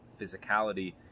physicality